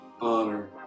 honor